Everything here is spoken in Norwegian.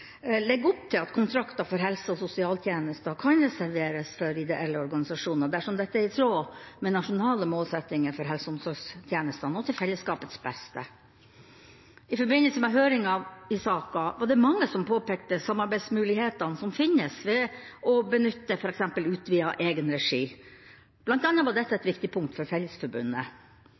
opp til at kontrakter for helse- og sosialtjenester kan reserveres for ideelle organisasjoner dersom dette er i tråd med nasjonale målsettinger for helse- og omsorgstjenestene og til fellesskapets beste. I forbindelse med høringen i saken var det mange som påpekte de samarbeidsmulighetene som finnes ved å benytte f.eks. utvidet egenregi, bl.a. var dette et viktig punkt for